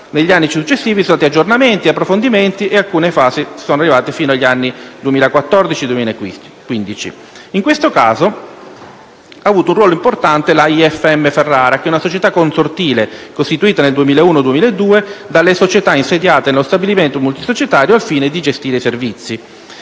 Negli anni successivi vi sono stati aggiornamenti e approfondimenti di alcune fasi, sino agli anni 2014 e 2015. In questo caso, ha avuto un ruolo importante la IFM Ferrara ScpA, una società consortile costituita nel 2001-2002 dalle società insediate nello stabilimento multisocietario al fine di gestire i servizi.